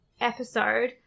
episode